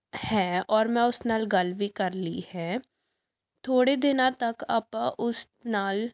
ਹੈ ਔਰ ਮੈਂ ਉਸ ਨਾਲ ਗੱਲ ਵੀ ਕਰ ਲਈ ਹੈ ਥੋੜ੍ਹੇ ਦਿਨਾਂ ਤੱਕ ਆਪਾਂ ਉਸ ਨਾਲ